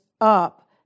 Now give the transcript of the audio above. up